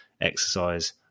exercise